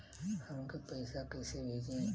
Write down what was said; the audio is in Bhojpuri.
हमके पैसा कइसे भेजी?